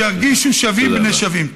שירגישו שווים בין שווים.